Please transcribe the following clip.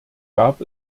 gab